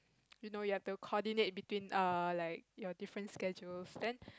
you know you have to coordinate between err like your different schedules then